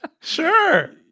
Sure